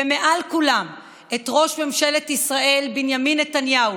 ומעל כולם את ראש ממשלת ישראל בנימין נתניהו,